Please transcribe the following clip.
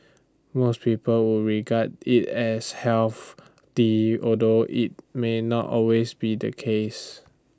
most people would regard IT as health the although IT may not always be the case